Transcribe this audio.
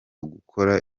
gukora